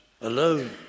alone